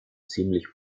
ziemlich